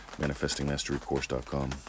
manifestingmasterycourse.com